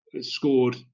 Scored